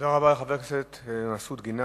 תודה רבה לחבר הכנסת מסעוד גנאים.